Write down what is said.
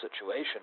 situation